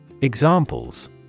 Examples